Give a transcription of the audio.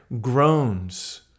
groans